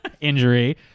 injury